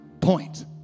point